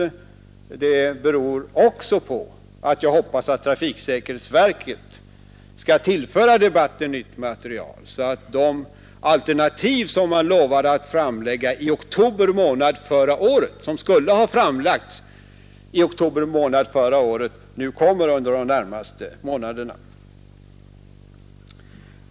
Och detta beror på att jag hoppas att trafiksäkerhetsverket skall tillföra debatten nytt material, så att de alternativ som skulle ha lagts fram i oktober förra året nu presenteras under de närmaste månaderna.